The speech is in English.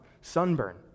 sunburn